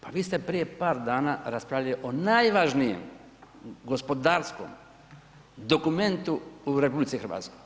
Pa vi ste prije par dana raspravljali o najvažnijem gospodarskom dokumentu u RH.